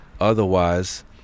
Otherwise